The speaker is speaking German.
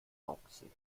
rauxel